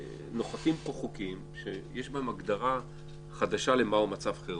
נוספים פה חוקים שיש בהם הגדרה חדשה מה הוא מצב חירום,